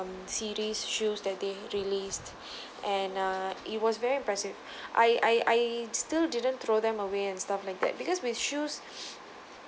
series shoes that they released and err it was very impressive I I I still didn't throw them away and stuff like that because with shoes